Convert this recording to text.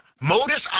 modus